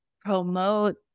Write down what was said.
promote